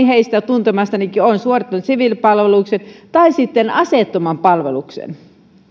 heistä tuntemistanikin on suorittanut siviilipalveluksen tai aseettoman palveluksen